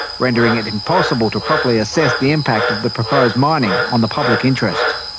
rendering it impossible to properly assess the impact of the proposed mining on the public interest.